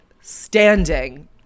standing